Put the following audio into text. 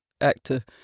actor